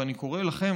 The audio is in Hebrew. ואני קורא לכם,